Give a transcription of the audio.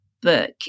book